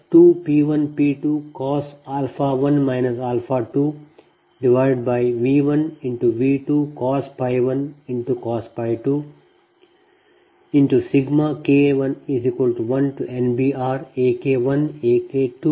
PLossP12V121 K1NBRAK12RK2P1P2cos 1 2 V1V2cos 1cos 2 K1NBRAK1AK2RKP22V222 K1NBRAK22RK